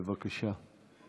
בבקשה.